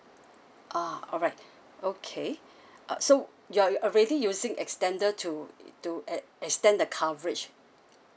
ah alright okay uh so you're already using extender to to ex~ to extend the coverage